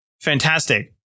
fantastic